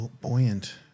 buoyant